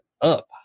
up